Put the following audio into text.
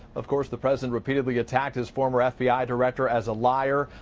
of course the president repeatedly attacked his former fbi director as a liar,